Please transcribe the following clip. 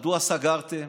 מדוע סגרתם?